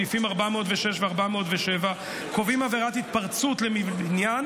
סעיפים 406 ו-407 קובעים עבירת התפרצות לבניין,